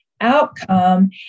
outcome